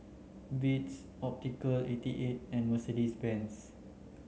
Beats Optical eighty eight and Mercedes Benz